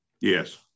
Yes